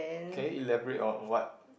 can you elaborate on what